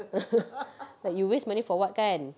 like you waste money for what kan